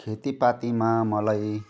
खेतीपातीमा मलाई